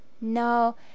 no